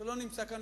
שלא נמצא כאן,